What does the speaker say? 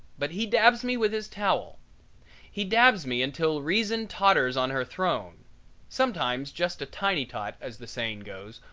but he dabs me with his towel he dabs me until reason totters on her throne sometimes just a tiny tot, as the saying goes,